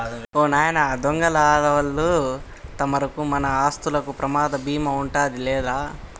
ఓ నాయన దొంగలా ఆళ్ళను తరమకు, మన ఆస్తులకు ప్రమాద భీమా ఉందాది లేరా